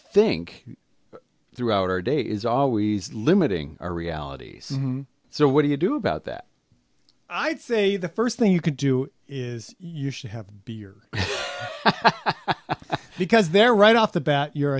think throughout our day is always limiting our realities so what do you do about that i'd say the first thing you could do is you should have beer because there right off the bat you're